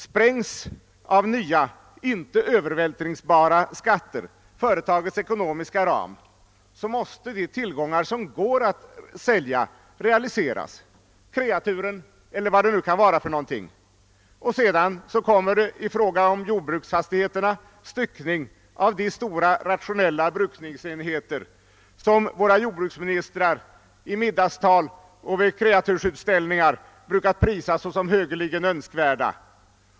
Sprängs av nya, icke övervältringsbara skatter företagets ekonomiska ram, måste de tillgångar som över huvud taget går att sälja realiseras — kreatur eller vad det i övrigt kan vara — och därefter följer beträffande jordbruken styckning av de stora rationella brukningsenheter, som våra jordbruksministrar i middagstal och vid kreatursutställningar brukat prisa såsom önskvärda.